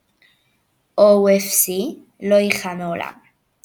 שישחקו הנבחרות שיגיעו לגמר יגדל משבעה לשמונה.